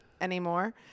anymore